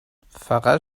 فقط